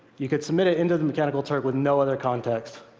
you could submit it into the mechanical turk with no other context.